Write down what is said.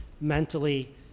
mentally